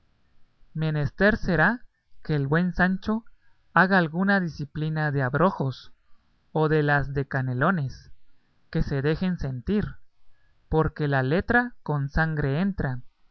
menester será que el buen sancho haga alguna diciplina de abrojos o de las de canelones que se dejen sentir porque la letra con sangre entra